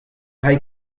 ray